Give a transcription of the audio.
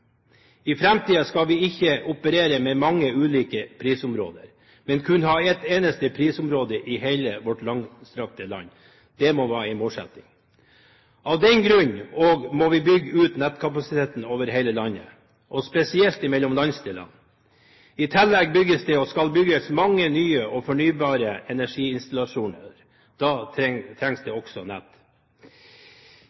I framtiden skal vi ikke operere med mange ulike prisområder, men kun ha ett eneste prisområde i hele vårt langstrakte land. Det må være en målsetting. Av den grunn må vi bygge ut nettkapasiteten over hele landet – og spesielt mellom landsdelene. I tillegg bygges det – og skal bygges – mange nye og fornybare energiinstallasjoner. Da trengs det